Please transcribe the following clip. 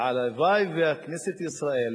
והלוואי שכנסת ישראל,